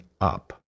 up